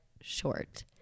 short